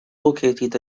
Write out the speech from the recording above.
located